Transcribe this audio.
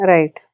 Right